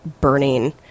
burning